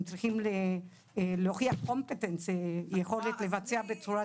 הם צריכים להוכיח יכולת לבצע בצורה תקינה.